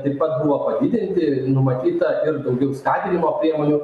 taip pat buvo padidinti numatyta ir daugiau skatinimo priemonių